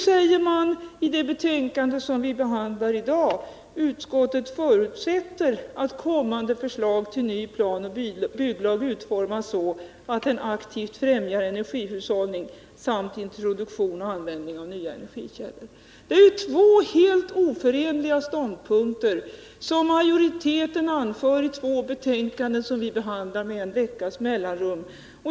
I det betänkande som vi i dag behandlar säger utskottet att det förutsätter att kommande förslag till ny planoch bygglag utformas så att den aktivt främjar energihushållning samt 173 introduktion och användning av nya energikällor. Det är två helt oförenliga ståndpunkter som majoriteten anför i två betänkanden, som vi behandlar med en veckas mellanrum.